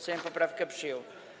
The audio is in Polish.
Sejm poprawkę przyjął.